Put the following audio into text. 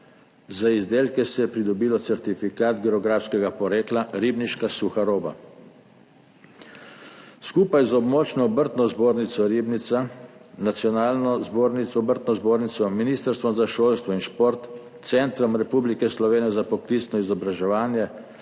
za izdelke se je pridobilo certifikat geografskega porekla ribniška suha roba. Skupaj z Območno obrtno-podjetniško zbornico Ribnica, nacionalno zbornico, obrtno zbornico, ministrstvom za šolstvo in šport, Centrom Republike Slovenije za poklicno izobraževanje,